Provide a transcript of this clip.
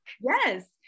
Yes